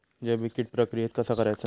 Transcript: जैविक कीड प्रक्रियेक कसा करायचा?